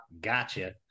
Gotcha